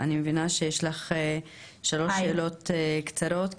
אני מבינה שיש לך שלוש שאלות קצרות,